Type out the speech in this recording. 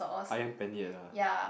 Ayam-Penyet ah